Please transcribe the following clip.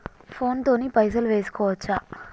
Phone తోని పైసలు వేసుకోవచ్చా?